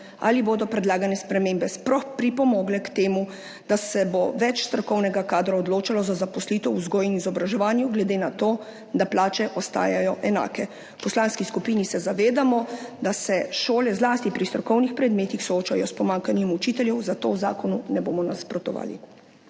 ali bodo predlagane spremembe sploh pripomogle k temu, da se bo več strokovnega kadra odločalo za zaposlitev v vzgoji in izobraževanju, glede na to, da plače ostajajo enake. V poslanski skupini se zavedamo, da se šole zlasti pri strokovnih predmetih soočajo s pomanjkanjem učiteljev, zato zakonu ne bomo nasprotovali.